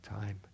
time